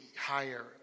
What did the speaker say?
higher